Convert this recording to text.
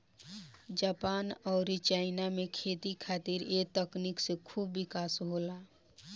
Japan अउरी China में खेती खातिर ए तकनीक से खूब विकास होला